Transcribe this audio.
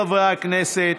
חברי הכנסת,